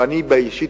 ואני אישית,